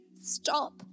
Stop